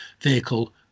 vehicle